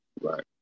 Right